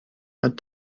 had